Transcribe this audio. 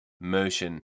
motion